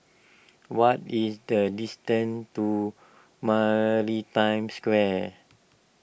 what is the distance to Maritime Square